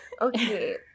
Okay